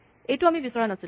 এইটো আমি বিচৰা নাছিলোঁ